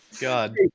God